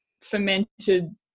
fermented